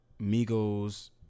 Migos